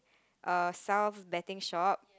err Sal's betting shop